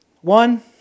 One